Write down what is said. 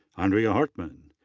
andrea hartman.